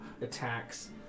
attacks